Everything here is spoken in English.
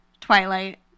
Twilight